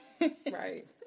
Right